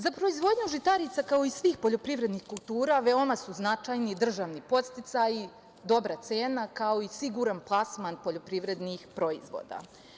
Za proizvodnju žitarica, kao i svih poljoprivrednih kultura, veoma su značajni državni podsticaju, dobra cena, kao i siguran plasman poljoprivrednih proizvoda.